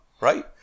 right